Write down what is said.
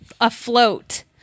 afloat